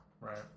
Right